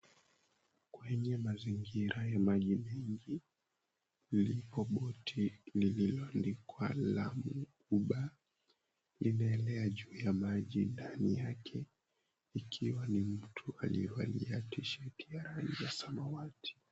Kwenye mazingira yenye maji mengi lipo boti lililoandikwa, Lamu Uber inaelea juu ya maji ndani yake ikiwa ni mtu aliyevalia tshati ya rangi ya samawati.